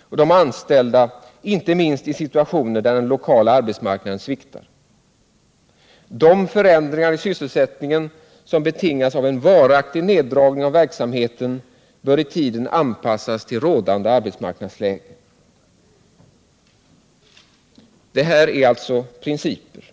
och de anställda, inte minst i situationer där den lokala arbetsmarknaden sviktar -—--. De förändringar i sysselsättningen som betingas av en varaktig neddragning av verksamheten bör i tiden anpassas till rådande arbetsmarknadsläge.” Det här är alltså principer.